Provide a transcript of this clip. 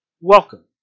Welcome